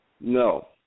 No